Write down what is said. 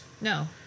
No